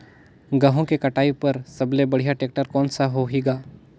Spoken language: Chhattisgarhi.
गहूं के कटाई पर सबले बढ़िया टेक्टर कोन सा होही ग?